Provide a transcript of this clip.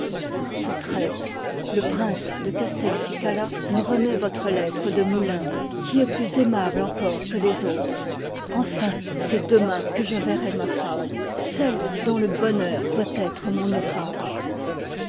ce i le prince de castelcicala me remet votre lettre de moulins qui est plus aimable encore que les autres enfin c'est demain que je verrai ma femme celle uy i dont le bonheur doit être mon ouvrage